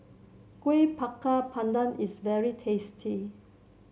Kuih Bakar Pandan is very tasty